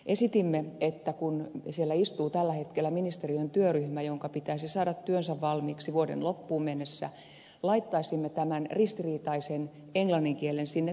esitimme että kun siellä istuu tällä hetkellä ministeriön työryhmä jonka pitäisi saada työnsä valmiiksi vuoden loppuun mennessä laittaisimme tämän ristiriitaisen englannin kielen sinne työryhmään